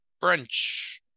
French